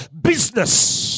business